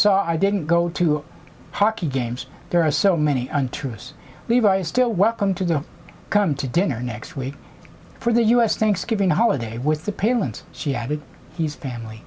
saw i didn't go to hockey games there are so many untruths levi is still welcome to come to dinner next week for the u s thanksgiving holiday with the parents she added he's family